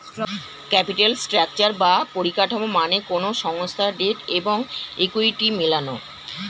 capital structure বা পরিকাঠামো মানে কোনো সংস্থার ডেট এবং ইকুইটি মেলানো